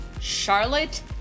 Charlotte